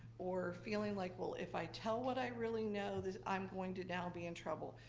or feeling like, well, if i tell what i really know, that i'm going to now be in trouble.